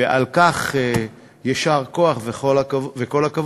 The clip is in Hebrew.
ועל כך יישר כוח וכל הכבוד.